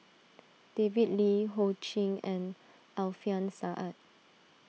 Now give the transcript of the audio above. David Lee Ho Ching and Alfian Sa'At